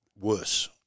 worse